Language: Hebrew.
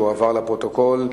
תועבר לפרוטוקול.